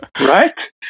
Right